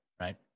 right